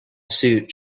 suit